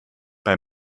bei